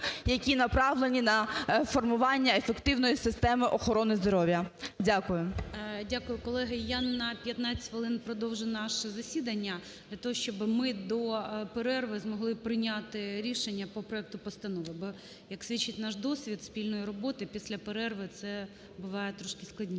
які направлені на формування ефективної системи охорони здоров'я. Дякую. ГОЛОВУЮЧИЙ. Дякую. Колеги, я на 15 хвилин продовжу наше засідання для того, щоби ми до перерви змогли прийняти рішення по проекту постанови, бо як свідчить наш досвід спільної роботи, після перерви це буває трошки складніше